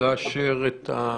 לאשר את הבקשה.